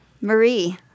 Marie